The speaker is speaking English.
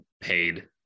paid